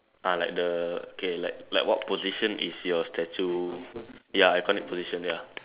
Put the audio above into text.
ah like the okay like like what position is your statue ya I call it position ya